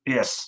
Yes